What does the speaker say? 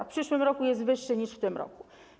W przyszłym roku jest wyższy niż w tym roku.